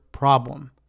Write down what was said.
Problem